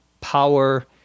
power